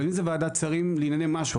אבל אם זו ועדת שרים לענייני משהו,